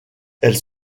elle